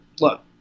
look